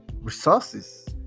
resources